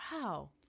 Wow